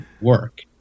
work